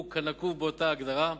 הוא כנקוב באותה הגדרה,